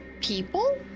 People